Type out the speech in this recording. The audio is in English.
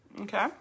okay